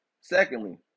secondly